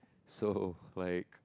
so like